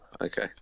Okay